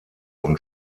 und